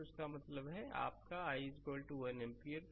तो इसका मतलब है आपका i 1 एम्पीयर